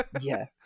yes